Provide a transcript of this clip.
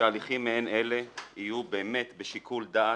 שהליכים מעין אלה יהיו באמת בשיקול דעת,